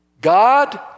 God